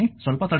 ಸ್ವಲ್ಪ ತಡೆಯಿರಿ